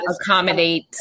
accommodate